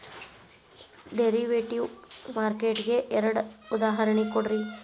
derivative market ಗೆ ಎರಡ್ ಉದಾಹರ್ಣಿ ಕೊಡ್ರಿ